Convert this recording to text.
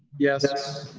yes.